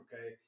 Okay